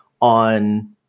on